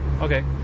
Okay